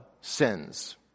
sins